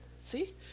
see